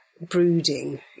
brooding